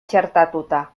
txertatuta